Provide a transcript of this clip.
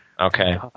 Okay